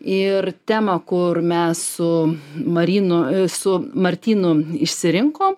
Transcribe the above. ir temą kur mes su marynu su martynu išsirinkom